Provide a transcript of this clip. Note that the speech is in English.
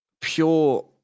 pure